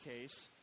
case